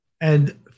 and-